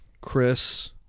Chris